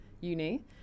uni